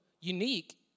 unique